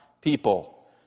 people